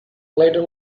ladder